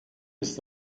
ist